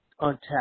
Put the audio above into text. Untapped